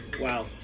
Wow